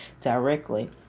directly